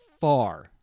far